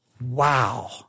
wow